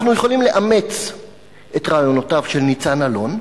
אנחנו יכולים לאמץ את רעיונותיו של ניצן אלון,